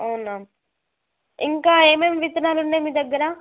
అవునా ఇంకా ఏమేమి విత్తనాలు ఉన్నాయి మీ దగ్గర